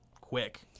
quick